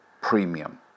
Premium